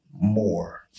more